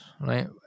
right